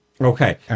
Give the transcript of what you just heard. Okay